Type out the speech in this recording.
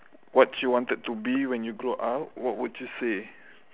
what you wanted to be when you grow up what would you say